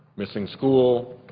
missing school,